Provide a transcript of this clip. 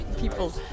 people